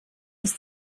des